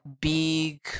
big